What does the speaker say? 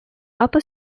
upper